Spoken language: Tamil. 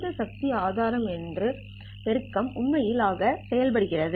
இந்த சக்தி ஆதாயம் என்ற பெருக்கங்கள் உண்மையில் ஆக செல்கின்றன